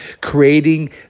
creating